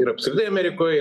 ir apskritai amerikoj